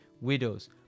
widows